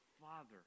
father